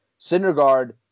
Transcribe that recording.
Syndergaard